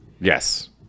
Yes